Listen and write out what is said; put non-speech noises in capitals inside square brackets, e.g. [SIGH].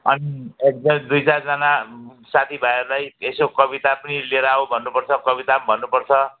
on एक [UNINTELLIGIBLE] दुई चारजना साथीभाइहरूलाई यसो कविता पनि लिएर आऊ भन्नुपर्छ कविता पनि भन्नुपर्छ